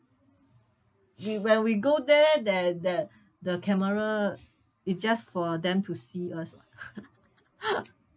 we when we go there there the the camera is just for them to see us